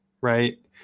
right